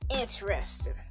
interesting